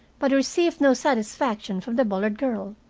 but he received no satisfaction from the bullard girl,